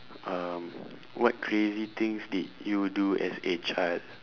um what crazy things did you do as a child